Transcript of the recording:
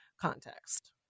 context